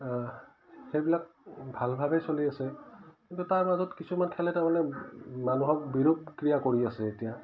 সেইবিলাক ভাল ভাৱেই চলি আছে কিন্তু তাৰ মাজত কিছুমান খেলে তাৰমানে মানুহক বিৰূপ ক্ৰিয়া কৰি আছে এতিয়া